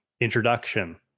introduction